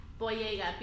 Boyega